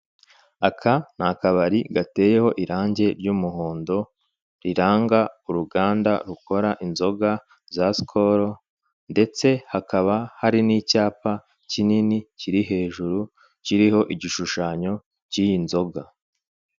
Aka ni akabari gateyeho irange ry'umuhondo riranga uruganda rukora inzoga za sikolo ndetse hakaba hari n'icyapa kinini kiri hejuru kiriho igishushanyo k'iyi nzoga.